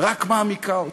רק מעמיקה אותו.